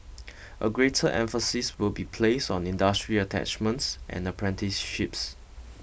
a greater emphasis will be placed on industry attachments and apprenticeships